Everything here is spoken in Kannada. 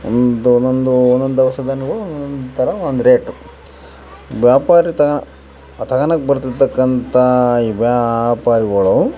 ಒಂದು ಒಂದೊಂದು ಒಂದೊಂದು ಧವಸ ಧಾನ್ಯಗಳು ಒನ್ನೊಂದು ಥರ ಒಂದು ರೇಟು ವ್ಯಾಪಾರಿ ತಗೊಳ ತಗೋಳೋಕ್ ಬರ್ತಿರ್ತಕಂಥ ಈ ವ್ಯಾಪಾರಿಗಳು